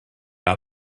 out